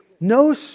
No